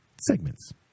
segments